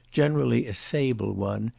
generally a sable one,